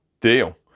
deal